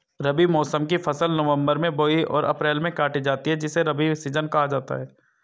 रबी मौसम की फसल नवंबर में बोई और अप्रैल में काटी जाती है जिसे रबी सीजन कहा जाता है